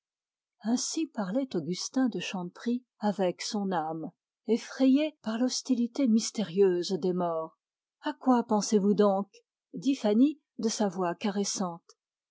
ainsi parlait augustin de chanteprie avec son âme effrayé par l'hostilité mystérieuse des morts à quoi pensez-vous donc dit fanny de sa voix caressante